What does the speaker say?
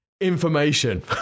information